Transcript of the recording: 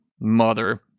mother